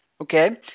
Okay